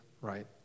right